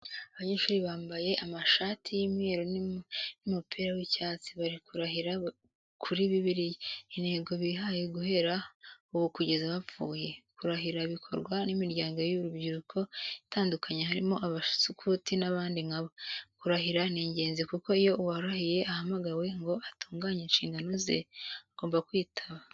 Abanyeshuri bambaye amashati y'umweru n'umupira w'icyatsi, bari kurahira kuri Bibiliya, intego bihaye guhera ubu kugeza bapfuye. Kurahira bikorwa n'imiryango y'urubyiruko itandukanye harimo abasukuti n'abandi nkabo. Kurahira ni ingenzi kuko iyo uwarahiye ahamagawe ngo atunganye inshingano ze, agomba kwitaba.